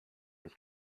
ich